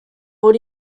would